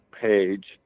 page